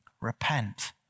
Repent